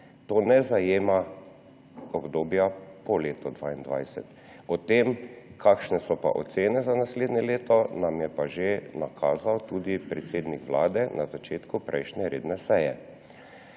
To ne zajema obdobja po letu 2022. Ocene za naslednje leto nam je pa že nakazal tudi predsednik vlade na začetku prejšnje redne seje.